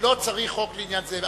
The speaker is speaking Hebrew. לא צריך חוק לעניין זה.